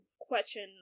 question